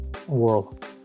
world